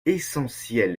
essentiel